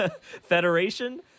Federation